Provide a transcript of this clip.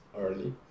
early